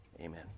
amen